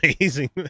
amazing